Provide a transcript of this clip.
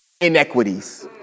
inequities